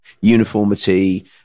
uniformity